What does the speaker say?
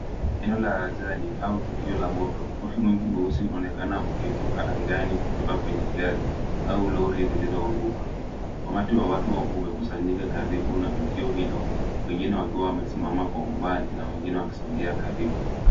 Eneo la ajali au tukio la moto. Moshi mwingi mweusi unaonekana ukivuka angani kutoka kwenye gari au lori lililoanguka. Umati wa watu umekusanyika karibu na tukio hilo, wengine wakiwa wamesimama kwa umbali na wengine wakisongea karibu.